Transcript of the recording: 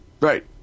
Right